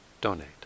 donate